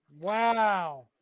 Wow